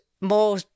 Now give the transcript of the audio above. more